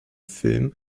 film